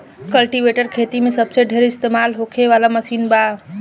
cultivator खेती मे सबसे ढेर इस्तमाल होखे वाला मशीन बा